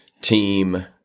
team